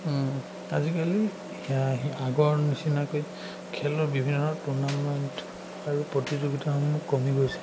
আজিকালি সেই আগৰ নিচিনাকৈ খেলৰ বিভিন্ন ধৰণৰ টুৰ্ণামেণ্ট আৰু প্ৰতিযোগিতাসমূহ কমি গৈছে